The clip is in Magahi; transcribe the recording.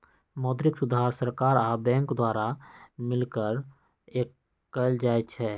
मौद्रिक सुधार सरकार आ बैंक द्वारा मिलकऽ कएल जाइ छइ